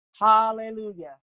Hallelujah